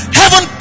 heaven